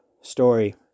story